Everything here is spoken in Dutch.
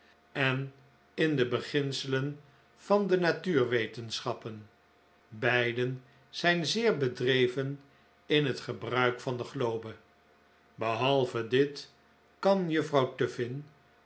en in de beginselen van de natuurwetenschappen bvvctvsn zijn zeer bedreven in het gebruik van de globe behalve dit kan juffrouw